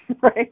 right